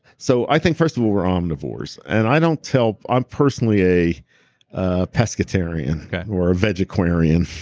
so i think, first of all, we're omnivores, and i don't tell. i'm personally a a pescatarian or a vegeqarian,